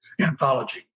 anthology